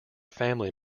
family